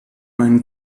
meinen